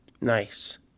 nice